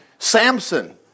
Samson